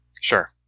Sure